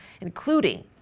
including